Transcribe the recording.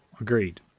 agreed